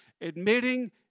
admitting